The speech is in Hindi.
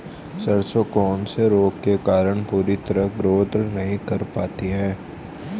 सरसों कौन से रोग के कारण पूरी तरह ग्रोथ नहीं कर पाती है?